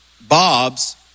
Bob's